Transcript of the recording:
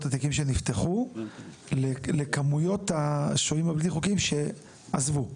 התיקים שנפתחו לכמויות השוהים הבלתי חוקיים שעזבו.